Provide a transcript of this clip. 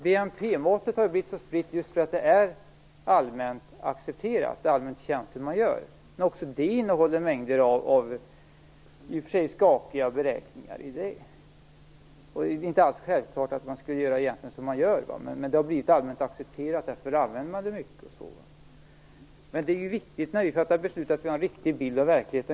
BNP-måttet har ju blivit så spritt just därför att det är allmänt accepterat, det är allmänt känt hur man gör. Men också det innehåller mängder av i och för sig skakiga beräkningar. Det är inte alls självklart att man egentligen borde göra som man gör, men det har blivit allmänt accepterat, och därför används det måttet mycket. När vi skall fatta beslut är det viktigt att vi har en riktig bild av verkligheten.